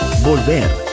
Volver